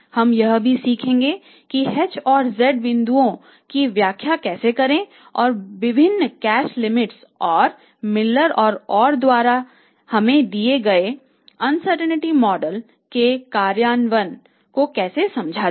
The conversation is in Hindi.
हम यह भी सीखेंगे कि h और z बिंदुओं की व्याख्या कैसे करें और विभिन्न कैश लिमिट्स के कार्यान्वयन को कैसे समझा जाए